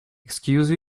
excuse